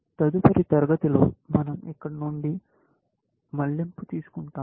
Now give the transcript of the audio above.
తదుపరి తరగతిలో మన০ ఇక్కడ నుండి మళ్లింపు తీసుకుంటాము